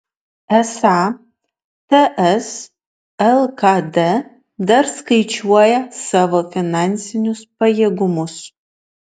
esą ts lkd dar skaičiuoja savo finansinius pajėgumus